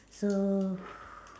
so